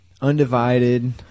undivided